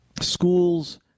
schools